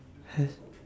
has